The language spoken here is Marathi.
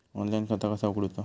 ऑनलाईन खाता कसा उगडूचा?